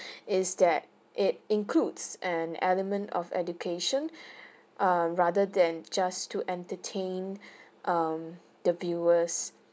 is that it includes an element of education err rather than just to entertain um the viewers